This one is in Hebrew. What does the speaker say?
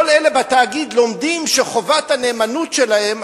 כל אלה בתאגיד לומדים שחובת הנאמנות שלהם,